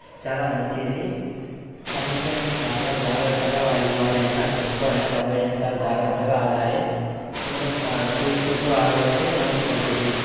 చాలా మంచిది అందుకే మనం చాలా జాగ్రత్తగా వాలిబాల్ అయినా ఖోఖో అయినా కబడ్డీ అయినా చాలా జాగ్రత్తగా ఆడాలి కొంచెం చూసుకుంటూ ఆడితే మనకు మంచిది